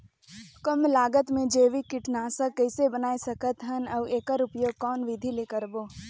कम लागत मे जैविक कीटनाशक कइसे बनाय सकत हन अउ एकर उपयोग कौन विधि ले करबो?